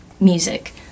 music